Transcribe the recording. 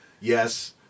Yes